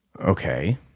Okay